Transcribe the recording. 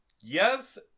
Yes